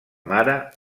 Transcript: mare